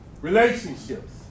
Relationships